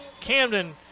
Camden